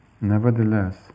nevertheless